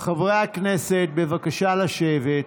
הכנסת, בבקשה לשבת.